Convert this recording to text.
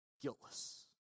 guiltless